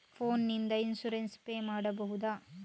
Phone ನಿಂದ insurance pay ಮಾಡಬಹುದ?